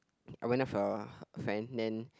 I went with a friend then